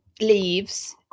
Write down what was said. leaves